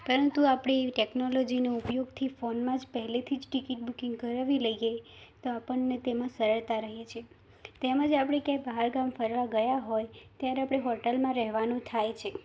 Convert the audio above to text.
પરંતુ આપણે ટેકનોલોજીના ઉપયોગથી ફોનમાં જ પહેલેથી જ ટિકીટ બુકિંગ કરાવી લઇએ તો આપણને તેમાં સરળતા રહે છે તેમજ આપણે ક્યાંય બહારગામ ફરવા ગયા હોય ત્યારે આપણે હોટૅલમાં રહેવાનું થાય છે